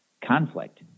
conflict